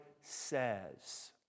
says